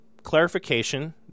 clarification